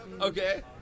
Okay